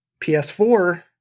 PS4